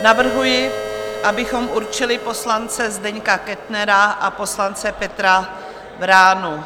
Navrhuji, abychom určili poslance Zdeňka Kettnera a poslance Petra Vránu.